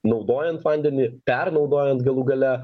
naudojant vandenį pernaudojant galų gale